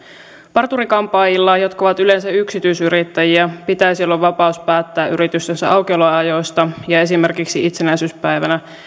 parturi kampaajilla jotka ovat yleensä yksityisyrittäjiä pitäisi olla vapaus päättää yrityksensä aukioloajoista ja esimerkiksi itsenäisyyspäivänä